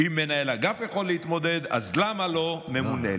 אם מנהל אגף יכול להתמודד, אז למה לא ממונה?